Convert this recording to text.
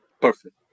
Perfect